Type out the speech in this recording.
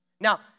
Now